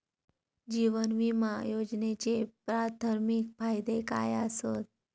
जीवन विमा योजनेचे प्राथमिक फायदे काय आसत?